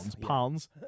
pounds